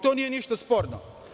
To nije ništa sporno.